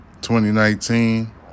2019